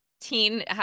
Teen